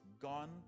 gone